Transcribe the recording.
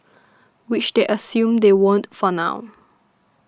which they assume they won't for now